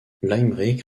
limerick